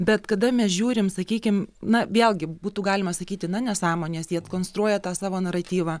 bet kada mes žiūrim sakykim na vėlgi būtų galima sakyti na nesąmonės jie konstruoja tą savo naratyvą